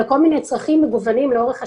לכל מיני צרכים מגוונים לאורך השנים,